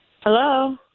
Hello